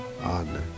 on